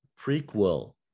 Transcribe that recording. prequel